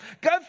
Go